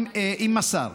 אם מסר.